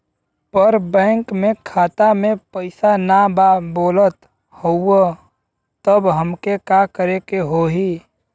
पर बैंक मे खाता मे पयीसा ना बा बोलत हउँव तब हमके का करे के होहीं?